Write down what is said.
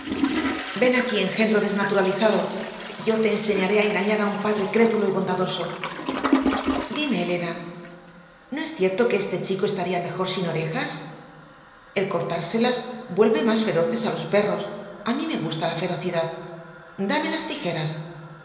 ven aquí engendro desnaturalizado yo te enseñaré a engañar a un padre crédulo y bondadoso dime elena no es cierto que este chico estaría mejor sin orejas el cortárselas vuelve más feroces a los perros a mí me gusta la ferocidad dame las tijeras